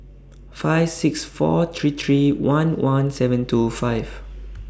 five six four three three one one seven two five